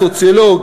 סוציולוג,